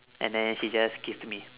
and then she just kissed me